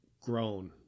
grown